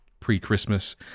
pre-Christmas